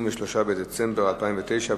23 בדצמבר 2009,